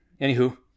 Anywho